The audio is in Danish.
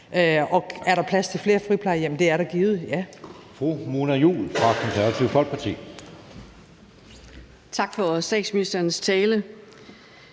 Er der plads til flere friplejehjem? Ja, det er der givet. Kl.